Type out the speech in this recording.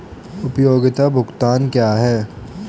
उपयोगिता भुगतान क्या हैं?